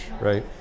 right